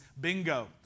bingo